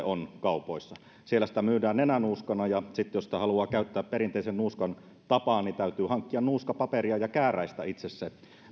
on kaupoissa siellä sitä myydään nenänuuskana ja sitten jos sitä haluaa käyttää perinteisen nuuskan tapaan niin täytyy hankkia nuuskapaperia ja kääräistä itse se